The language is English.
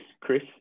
Chris